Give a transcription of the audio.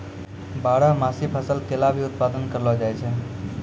बारहमासी फसल केला भी उत्पादत करलो जाय छै